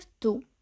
two